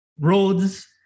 roads